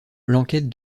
l’enquête